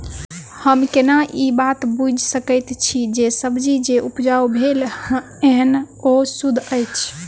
हम केना ए बात बुझी सकैत छी जे सब्जी जे उपजाउ भेल एहन ओ सुद्ध अछि?